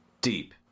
deep